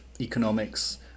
economics